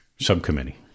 subcommittee